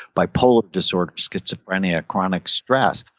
bipolar disorder, schizophrenia, chronic stress,